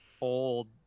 old